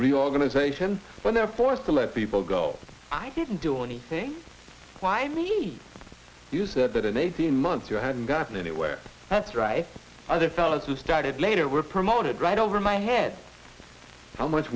reorganization when they're forced to let people go i didn't do anything why me you said that in eighteen months you hadn't gotten anywhere that's right the other fellows who started later were promoted right over my head how much